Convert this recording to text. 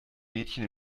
mädchen